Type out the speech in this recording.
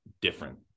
different